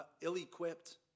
ill-equipped